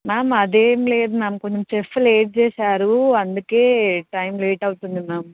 ma'am అదేం లేదు ma'am కొంచం షేప్ లేట్ చేశారు అందుకే టైం లేట్ అవుతుంది మ్యామ్